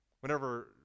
Whenever